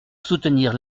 soutenir